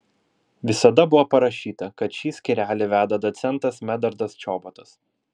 visada buvo parašyta kad šį skyrelį veda docentas medardas čobotas